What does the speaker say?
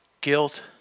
guilt